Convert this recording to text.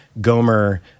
Gomer